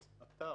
אתר.